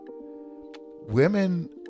Women